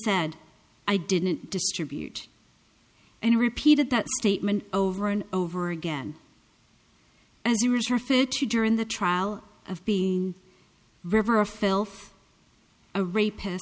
said i didn't distribute and repeated that statement over and over again as you read her fit to during the trial of being river of filth a rapist